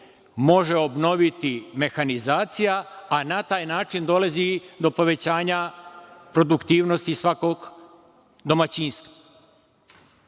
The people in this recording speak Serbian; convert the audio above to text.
može obnoviti mehanizacija, a na taj način dolazi i do povećanja produktivnosti svakog domaćinstva.